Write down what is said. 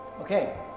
Okay